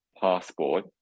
passport